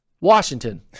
Washington